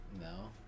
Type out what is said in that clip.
No